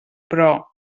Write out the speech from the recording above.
però